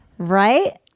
Right